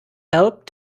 help